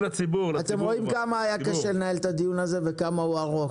אתם רואים כמה היה קשה לנהל את הדיון הזה וכמה הוא ארוך,